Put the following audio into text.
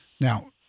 Now